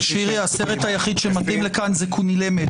שירי, הסרט היחיד שמתאים לכאן זה קוני למל.